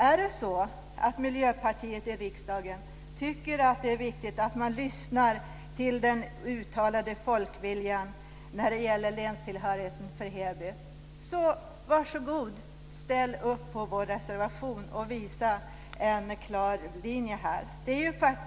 Om Miljöpartiet i riksdagen tycker att det är viktigt att man lyssnar till den uttalade folkviljan när det gäller länstillhörigheten för Heby, så varsågod: Ställ upp på vår reservation och visa en klar linje!